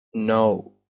nou